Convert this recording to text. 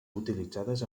utilitzades